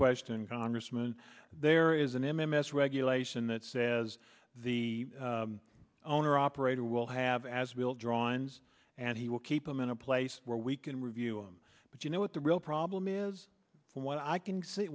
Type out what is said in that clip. question congressman there is an immense regulation that says the owner operator will have as will drawings and he will keep them in a place where we can review them but you know what the real problem is from what i can see